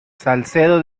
salcedo